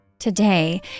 Today